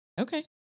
Okay